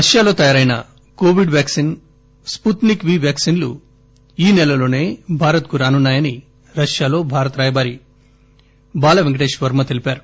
రష్యాలో తయారైన Covid vaccines Sputnik V vaccine ఈ నెలలోనే భారత్ కు రానున్నాయని రష్యాలో భారత రాయబారి బాల వెంకటేశ్ వర్మ తెలిపారు